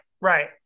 right